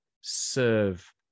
serve